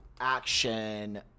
action